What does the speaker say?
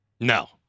No